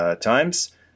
times